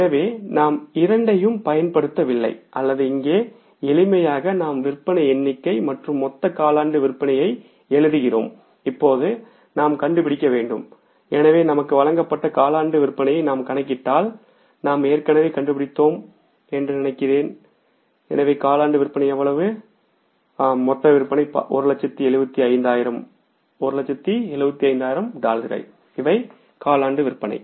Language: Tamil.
எனவே நாம் இரண்டையும் பயன்படுத்தவில்லை அல்லது இங்கே எளிமையாக நாம் விற்பனை எண்ணிக்கை மற்றும் மொத்த காலாண்டு விற்பனையை எழுதுகிறோம் இப்போது நமக்கு வழங்கப்பட்ட காலாண்டு விற்பனையை நாம் கண்டுபிடிக்க வேண்டும் நாம் ஏற்கனவே கண்டுபிடித்தோம் என்று நினைக்கிறேன் எனவே காலாண்டு விற்பனை எவ்வளவுமொத்த விற்பனை 175000 ஆம் 175000 டாலர்கள் இவை காலாண்டு விற்பனை